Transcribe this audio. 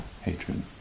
hatred